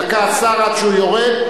דקה לשר עד שהוא יורד.